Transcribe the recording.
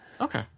Okay